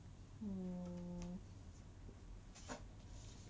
mm